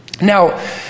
Now